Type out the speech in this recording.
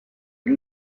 you